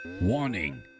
warning